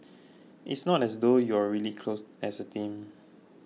it's not as though you're really close as a team